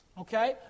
okay